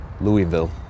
Louisville